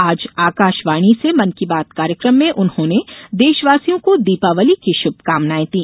आज आकाशवाणी से मन की बात कार्यक्रम में उन्होंने देशवासियों को दीपावली की शुभकामनायें दी